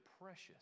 precious